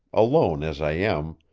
alone as i am,